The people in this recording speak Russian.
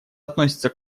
относится